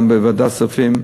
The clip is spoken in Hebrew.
גם בוועדת כספים,